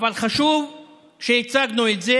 אבל חשוב שהצגנו את זה,